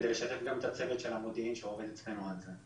על מנת לשתף גם את הצוות של המודיעין שעובד אצלנו על זה.